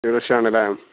ഇരുപത് ലക്ഷമാണല്ലേ